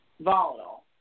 volatile